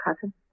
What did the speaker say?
cousin